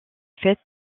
faite